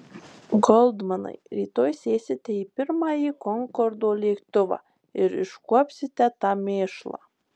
goldmanai rytoj sėsite į pirmąjį konkordo lėktuvą ir iškuopsite tą mėšlą